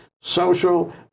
social